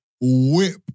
whip